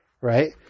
right